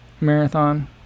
marathon